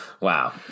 wow